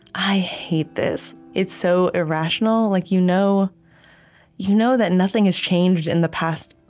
i hate this. it's so irrational. like you know you know that nothing has changed in the past,